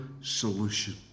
solution